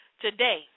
Today